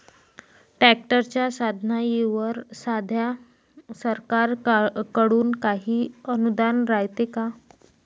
ट्रॅक्टरच्या साधनाईवर सध्या सरकार कडून काही अनुदान रायते का?